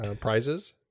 prizes